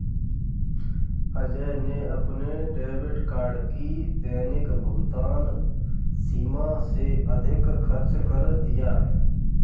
अजय ने अपने debit card की दैनिक भुगतान सीमा से अधिक खर्च कर दिया